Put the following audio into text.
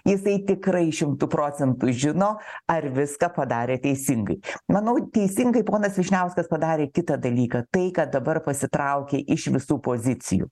jisai tikrai šimtu procentų žino ar viską padarė teisingai manau teisingai ponas vyšniauskas padarė kitą dalyką tai kad dabar pasitraukė iš visų pozicijų